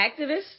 activists